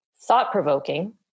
thought-provoking